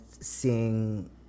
seeing